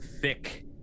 thick